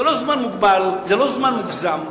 זה זמן מוגבל, זה לא זמן מוגזם.